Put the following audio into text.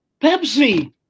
Pepsi